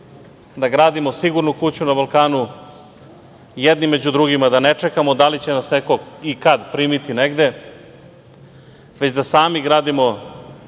da gradimo sigurnu kuću na Balkanu jedni među drugima, da ne čekamo da li će nas neko i kad primiti negde, već da sami gradimo